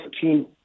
team